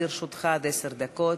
לרשותך עד עשר דקות.